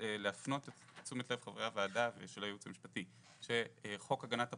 להפנות את תשומת לב חברי הוועדה והייעוץ המשפטי לחוק הגנת הפרטיות,